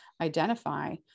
identify